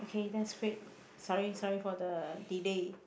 okay that's great sorry sorry for the delay